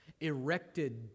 erected